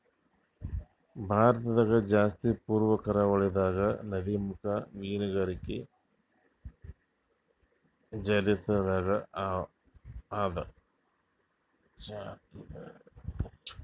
ಭಾರತದಾಗ್ ಜಾಸ್ತಿ ಪೂರ್ವ ಕರಾವಳಿದಾಗ್ ನದಿಮುಖ ಮೀನುಗಾರಿಕೆ ಚಾಲ್ತಿದಾಗ್ ಅದಾ